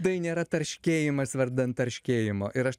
tai nėra tarškėjimas vardan tarškėjimo ir aš tą